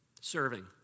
serving